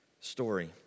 story